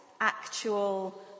actual